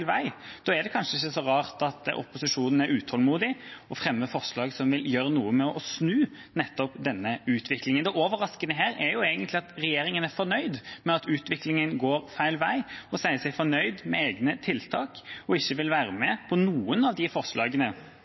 vei. Da er det kanskje ikke så rart at opposisjonen er utålmodig og fremmer forslag som vil gjøre noe for å snu nettopp denne utviklingen. Det overraskende her er egentlig at regjeringa er fornøyd med at utviklingen går feil vei, sier seg fornøyd med egne tiltak og ikke vil være med på noen av de forslagene